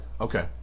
Okay